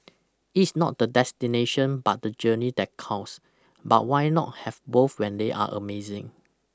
it's not the destination but the journey that counts but why not have both when they are amazing